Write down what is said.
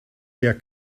der